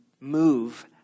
move